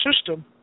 system